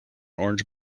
orange